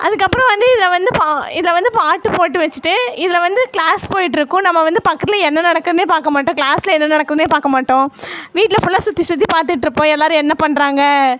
அதுக்கப்புறம் வந்து இதில் வந்து பா இதில் வந்து பாட்டு போட்டு வச்சுட்டே இதில் வந்து க்ளாஸ் போயிட்டுருக்கும் நம்ம வந்து பக்கத்தில் என்ன நடக்குதுன்னே பார்க்க மாட்டோம் க்ளாஸில் என்ன நடக்குதுன்னே பார்க்க மாட்டோம் வீட்டில் ஃபுல்லாக சுற்றி சுற்றி பார்த்துட்ருப்போம் எல்லோரும் என்ன பண்ணுறாங்க